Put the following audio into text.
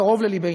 קרוב ללבנו.